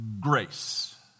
grace